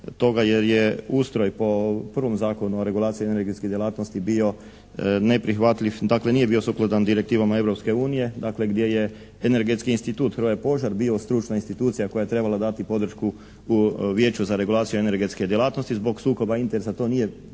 jer je ustroj po prvom Zakonu o regulaciji energetskih djelatnosti bio neprihvatljiv, dakle nije bio sukladan direktivama Europske unije, dakle gdje je energetski institut Hrvoje Požar bio stručna institucija koja je trebala dati podršku u Vijeću za regulaciju energetske djelatnosti. Zbog sukoba interesa to nije bilo